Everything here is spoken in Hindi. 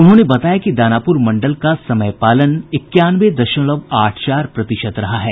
उन्होंने बताया कि दानापुर मंडल का समय पालन इक्यानवे दशमलव आठ चार प्रतिशत रहा है